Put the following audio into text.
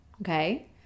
okay